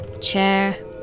chair